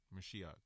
Mashiach